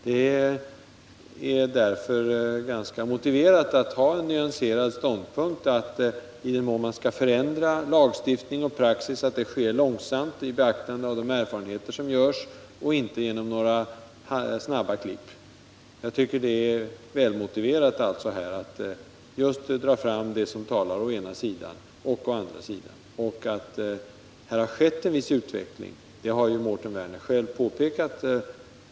Det är därför motiverat att ha en nyanserad ståndpunkt: i den mån man skall förändra lagstiftning och praxis skall det ske långsamt, med beaktande av de erfarenheter som görs, och inte genom några snabba klipp. Jag tycker alltså att det är väl motiverat att dra fram vad som å ena sidan talar för en ståndpunkt och vad som å andra sidan talar mot den. Att här har skett en viss utveckling har ju Mårten Werner själv påpekat.